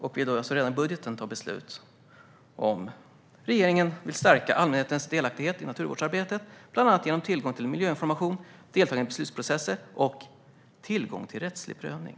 Man tar beslut redan i budgeten om att "stärka allmänhetens delaktighet i naturvårdsarbetet, bl.a. genom tillgång till miljöinformation, deltagande i beslutsprocesser och tillgång till rättslig prövning".